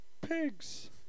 pigs